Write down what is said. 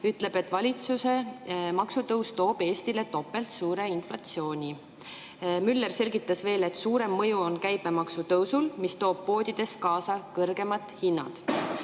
toob valitsuse maksutõus Eestile topeltsuure inflatsiooni. Müller selgitas veel, et suurem mõju on käibemaksu tõusul, mis toob kaasa kõrgemad hinnad